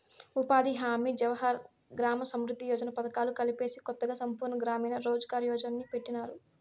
ఉపాధి హామీ జవహర్ గ్రామ సమృద్ది యోజన పథకాలు కలిపేసి కొత్తగా సంపూర్ణ గ్రామీణ రోజ్ ఘార్ యోజన్ని పెట్టినారు